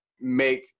make